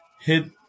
hit